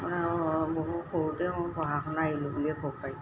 মানে আৰু বহু সৰুতে মই পঢ়া শুনা আহিলো বুলিয়ে ক'ব পাৰি